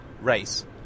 race